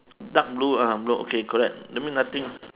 dark blue (uh huh) blue okay correct that means nothing